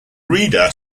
reader